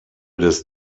des